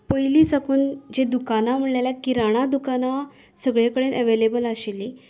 पयली साकून जी दुकानां म्हणली जाल्यार जी किराणां दुकानां सगळें कडेन एवेलेबल आशिल्लीं